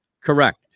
Correct